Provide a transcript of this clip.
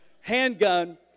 handgun